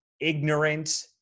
ignorant